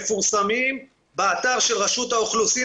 מפורסמים באתר של רשות האוכלוסין.